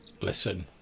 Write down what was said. Listen